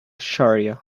shariah